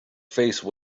face